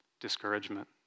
discouragement